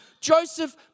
Joseph